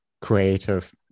creative